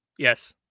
Yes